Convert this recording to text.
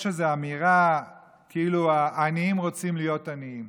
יש איזו אמירה כאילו העניים רוצים להיות עניים,